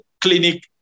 clinic